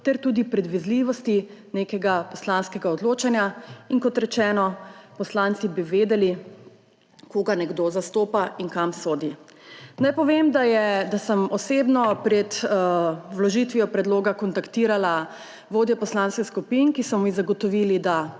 ter tudi predvidljivosti nekega poslanskega odločanja. Kot rečeno, poslanci bi vedeli, koga nekdo zastopa in kam sodi. Naj povem, da sem osebno pred vložitvijo predloga kontaktirala vodje poslanskih skupin, ki so mi zagotovili, da